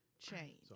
change